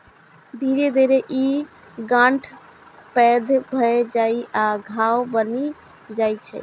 धीरे धीरे ई गांठ पैघ भए जाइ आ घाव बनि जाइ छै